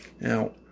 Now